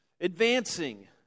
Advancing